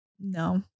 No